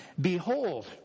Behold